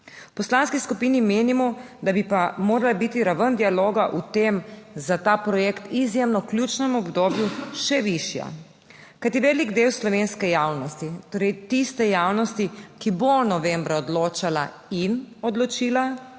poslanski skupini menimo, da bi pa morala biti raven dialoga v tem, za ta projekt izjemno ključnem obdobju še višja, kajti velik del slovenske javnosti, torej tiste javnosti, ki bo novembra odločala in odločila